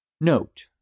Note